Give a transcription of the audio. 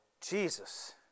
Jesus